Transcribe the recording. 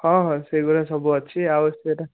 ହଁ ହଁ ସେ ବେଳେ ସବୁ ଅଛି ଆଉ ସେଇଟା